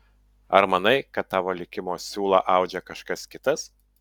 ar manai kad tavo likimo siūlą audžia kažkas kitas